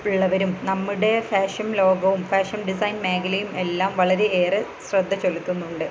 ഉള്ളവരും നമ്മുടെ ഫാഷൻ ലോകവും ഫാഷൻ ഡിസൈൻ മേഖലയും എല്ലാം വളരെയേറെ ശ്രദ്ധ ചെലത്തുന്നുണ്ട്